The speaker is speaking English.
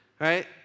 right